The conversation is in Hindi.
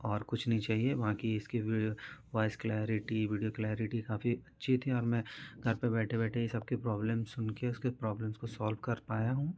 और कुछ नहीं चाहिए बाक़ी इसकी video voice clarity video clarity काफी अच्छी थी और मैं घर पर बैठे बैठे ही सबकी प्रॉब्लम सुनकर उसके प्रॉब्लम को सॉल्व कर पाया हूँ